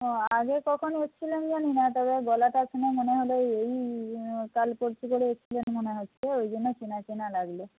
ও আগে কখনো এসছিলেন জানি না তবে গলাটা শুনে মনে হল এই কাল পরশু করে এসছিলেন মনে হচ্ছে ওই জন্য চেনা চেনা লাগলো